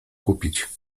kupić